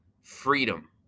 freedom